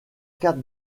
carte